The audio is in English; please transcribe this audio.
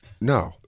No